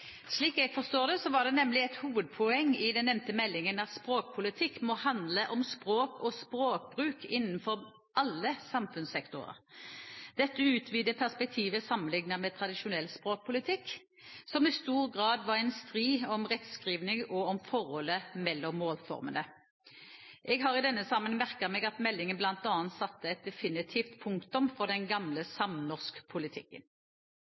Slik jeg forstår det, var det nemlig et hovedpoeng i den nevnte meldingen at språkpolitikk må handle om språk og språkbruk innenfor alle samfunnssektorer. Dette utvider perspektivet sammenliknet med tradisjonell språkpolitikk, som i stor grad var en strid om rettskriving og om forholdet mellom målformene. Jeg har i den sammenheng merket meg at meldingen bl.a. satte et definitivt punktum for den gamle